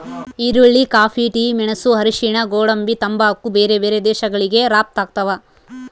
ಈರುಳ್ಳಿ coffee tea ಮೆಣಸು ಅರಿಶಿಣ ಗೋಡಂಬಿ ತಂಬಾಕು ಬೇರೆ ಬೇರೆ ದೇಶಗಳಿಗೆ ರಪ್ತಾಗ್ತಾವ